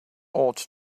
ought